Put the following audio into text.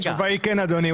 התשובה היא כן אדוני.